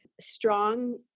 strong